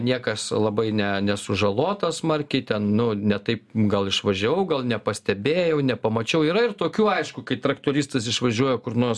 niekas labai ne nesužalotas smarkiai ten nu ne taip gal išvažiavau gal nepastebėjau nepamačiau yra ir tokių aišku kai traktoristas išvažiuoja kur nors